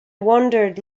wandered